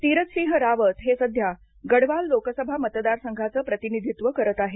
तीरथ सिंह रावत हे सध्या गढवाल लोकसभा मतदारसंघाचं प्रतिनिधीत्व करत आहेत